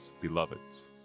beloveds